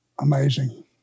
Amazing